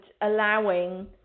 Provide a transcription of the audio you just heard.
allowing